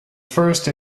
first